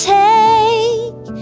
take